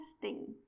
testing